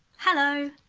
hello,